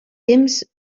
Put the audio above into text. temps